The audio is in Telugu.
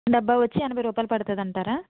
డబ్బా వచ్చి ఎనభై రూపాయలు పడుతుందంటారా